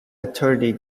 attorney